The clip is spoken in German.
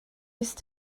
ist